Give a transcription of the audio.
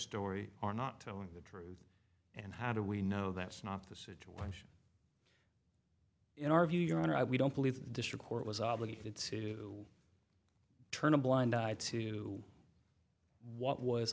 story are not telling the truth and how do we know that's not the situation in our view your honor i we don't believe the district court was obligated to turn a blind eye to what was